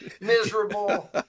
miserable